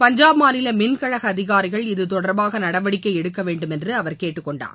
பஞ்சாப் மாநில மின்கழக அதிகாரிகள் இதுதொடர்பாக நடவடிக்கை எடுக்க வேண்டும் என்று அவர் கேட்டுக் கொண்டுள்ளார்